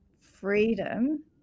freedom